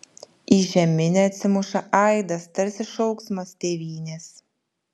į žeminę atsimuša aidas tarsi šauksmas tėvynės